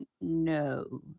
No